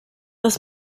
was